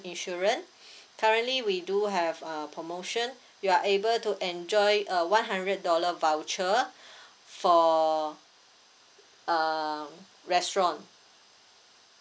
insurance currently we do have uh promotion you are able to enjoy a one hundred dollar voucher for um restaurant